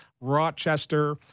Rochester